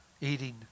eating